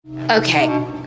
Okay